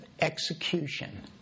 Execution